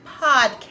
podcast